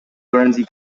guernsey